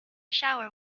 shower